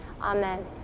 Amen